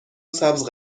سبز